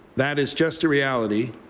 that is just a reality.